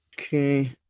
Okay